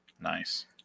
nice